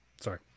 sorry